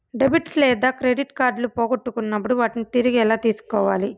debit లేదా credit కార్డులు పోగొట్టుకున్నప్పుడు వాటిని తిరిగి ఎలా తీసుకోవాలి